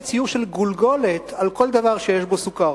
ציור של גולגולת על כל דבר שיש בו סוכר.